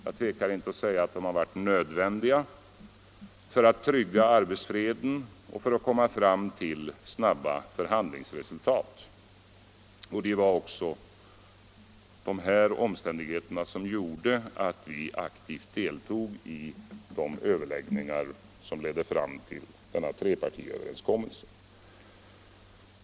Jag tvekar inte att säga att de har varit nödvändiga för att trygga arbetsfreden och komma fram till snabba förhandlingsresultat. Det var också de här omständigheterna som gjorde att vi aktivt deltog i de överläggningar som ledde fram till denna trepartiöverenskommelse.